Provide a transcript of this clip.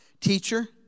teacher